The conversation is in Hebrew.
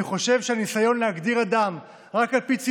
אני חושב שהניסיון להגדיר אדם רק על פי צבעו,